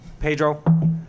Pedro